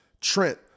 Trent